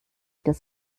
dass